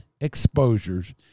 exposures